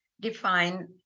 define